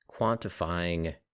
quantifying